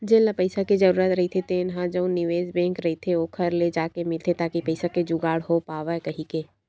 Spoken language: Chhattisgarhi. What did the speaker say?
जेन ल पइसा के जरूरत रहिथे तेन ह जउन निवेस बेंक रहिथे ओखर ले जाके मिलथे ताकि पइसा के जुगाड़ हो पावय कहिके